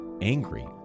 angry